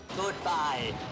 Goodbye